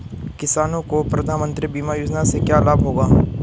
किसानों को प्रधानमंत्री बीमा योजना से क्या लाभ होगा?